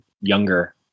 younger